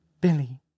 Billy